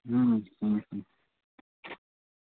अं अं